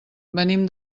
venim